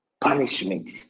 punishment